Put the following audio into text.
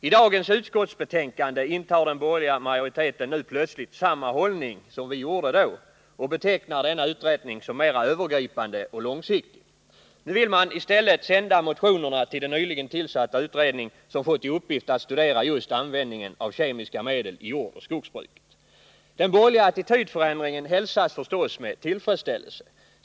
I dagens utskottsbetänkande intar den borgerliga majoriteten nu plötsligt samma hållning och betecknar denna utredning som mera övergripande och långsiktig. Nu vill man i stället sända motionerna till den nyligen tillsatta utredning som fått i uppgift att studera just användningen av kemiska medel i jordoch skogsbruket. De borgerligas attitydförändring hälsas förstås med tillfredsställelse.